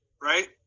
right